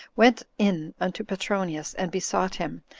went in unto petronius, and besought him,